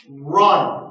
run